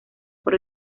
por